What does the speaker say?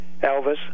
Elvis